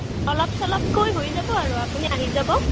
অলপ চলপকৈ হৈ যাব আৰু আপুনি আহি যাব